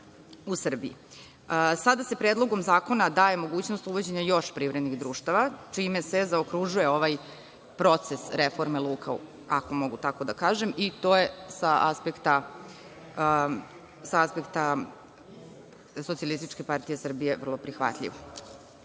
Sada se Predlogom zakona daje mogućnost uvođenja još privrednih društava, čime se zaokružuje ovaj proces reforme luka, ako mogu tako da kažem i to je sa aspekta SPS vrlo prihvatljivo. Posebno